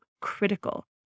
critical